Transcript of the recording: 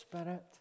Spirit